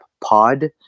Pod